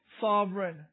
sovereign